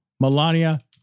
Melania